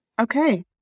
Okay